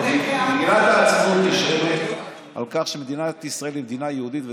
מגילת העצמאות נשענת על כך שמדינת ישראל היא מדינה יהודית ודמוקרטית.